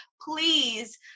please